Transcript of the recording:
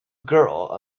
girl